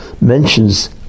mentions